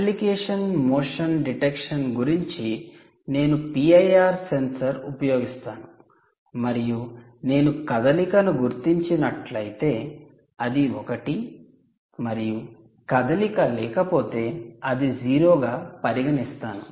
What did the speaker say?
application motion detection గురించి నేను 'PIR sensor' 'PIR sensor' ఉపయోగిస్తాను మరియు నేను కదలికను గుర్తించినట్లయితే అది '1' మరియు కదలిక లేకపోతే అది '0' గా పరిగణిస్తాను